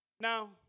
Now